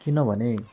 किनभने